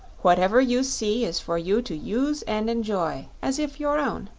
whatever you see is for you to use and enjoy, as if your own.